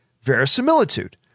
Verisimilitude